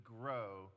grow